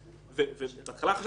כבודו, החיים